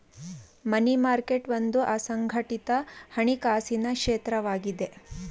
ಮನಿ market ಒಂದು ಅಸಂಘಟಿತ ಹಣಕಾಸಿನ ಕ್ಷೇತ್ರವಾಗಿದೆ